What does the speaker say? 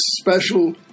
special